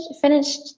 finished